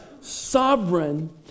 sovereign